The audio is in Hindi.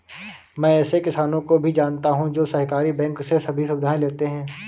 मैं ऐसे किसानो को भी जानता हूँ जो सहकारी बैंक से सभी सुविधाएं लेते है